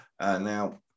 Now